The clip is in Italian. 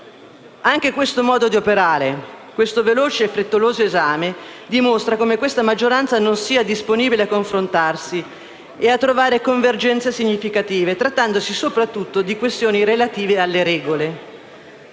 Anche questo modo di operare - un esame veloce e frettoloso - dimostra come questa maggioranza non sia disponibile a confrontarsi e a trovare convergenze significative, nonostante si tratti soprattutto di questioni relative alle regole.